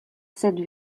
cette